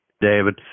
David